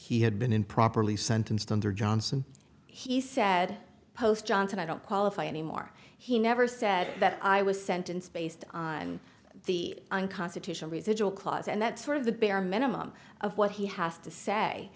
he had been improperly sentenced under johnson he said post johnson i don't qualify anymore he never said that i was sentenced based on the unconstitutional residual clause and that sort of the bare minimum of what he has to say